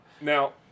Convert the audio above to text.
Now